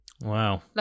Wow